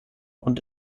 und